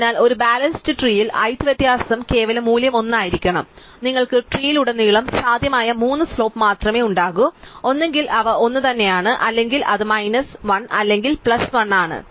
അതിനാൽ ഒരു balanced tree height വ്യത്യാസം കേവല മൂല്യം 1 ആയിരിക്കണം നിങ്ങൾക്ക് ട്രീലുടനീളം സാധ്യമായ മൂന്ന് സ്ലോപ്പ് മാത്രമേ ഉണ്ടാകൂ ഒന്നുകിൽ അവ ഒന്നുതന്നെയാണ് അല്ലെങ്കിൽ അത് മൈനസ് 1 അല്ലെങ്കിൽ പ്ലസ് 1 ആണ്